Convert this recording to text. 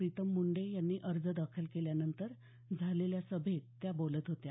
प्रितम मुंडे यांनी अर्ज दाखल केल्यानंतर झालेल्या सभेत त्या बोलत होत्या